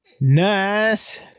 Nice